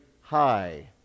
high